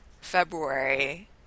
February